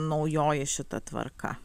naujoji šita tvarka